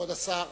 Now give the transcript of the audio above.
כבוד סגן השר.